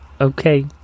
Okay